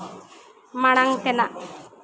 ᱢᱟᱲᱟᱝ ᱛᱮᱱᱟᱜ